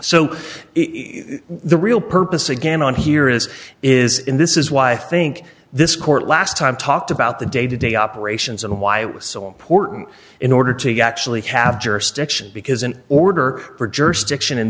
so the real purpose again on here is is in this is why i think this court last time talked about the day to day operations and why it was so important in order to actually have jurisdiction because in order for gerson action in